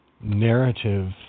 narrative